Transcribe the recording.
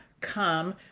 come